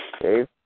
Dave